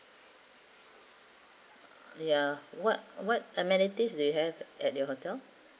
ya what what amenities do you have at your hotel